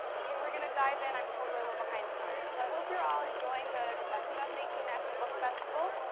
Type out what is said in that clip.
okay. we're going to dive in. i'm told we're a little behind time. so i hope you're all enjoying the two thousand and eighteen national book festival.